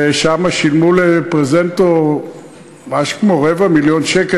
ושם שילמו לפרזנטור משהו כמו רבע מיליון שקל.